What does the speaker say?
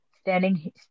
Standing